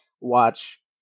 watch